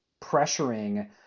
pressuring